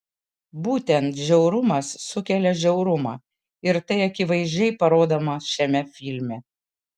būtent žiaurumas sukelia žiaurumą ir tai akivaizdžiai parodoma šiame filme